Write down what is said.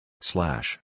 slash